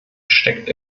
steckt